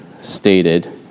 stated